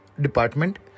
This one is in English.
department